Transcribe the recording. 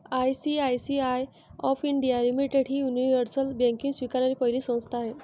ICICI of India limited ही universal banking स्वीकारणारी पहिली संस्था आहे